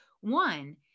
One